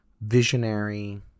visionary